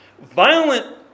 Violent